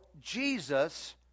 Jesus